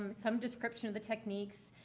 um some description of the techniques.